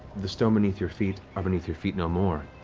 the stones beneath your feet are beneath your feet no more,